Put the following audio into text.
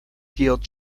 field